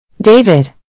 David